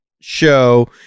show